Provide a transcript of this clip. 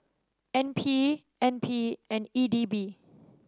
N P N P and E D B